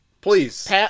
Please